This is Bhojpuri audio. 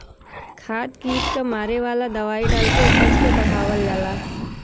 खाद कीट क मारे वाला दवाई डाल के उपज के बढ़ावल जाला